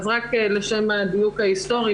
רק לשם הדיוק ההיסטורי,